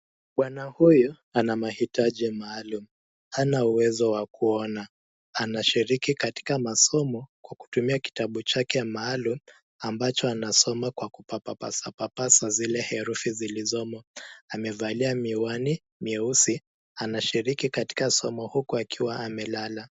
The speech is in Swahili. Bwana huyu ana mahitaji maalum, hana uwezo wa kuona. Anashiriki katika masomo kutumia kitabu chake maalum ambacho anasoma kwa kupapasapapasa zile herufi zilizomo. Amevalia miwani myeusi, anashiriki katika somo huku akiwa amelala.